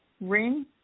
ring